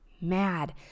mad